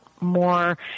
more